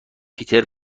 پیتر